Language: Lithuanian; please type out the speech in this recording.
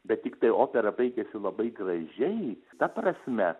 bet tiktai opera baigiasi labai gražiai ta prasme